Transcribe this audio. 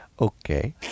Okay